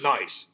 Nice